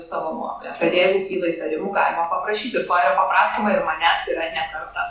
savo nuomonę kad jeigu kylą įtarimų galima paprašyti ir to yra prašoma ir manęs ir net ne kartą